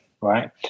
right